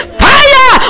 fire